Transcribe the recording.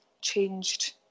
changed